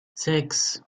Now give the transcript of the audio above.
sechs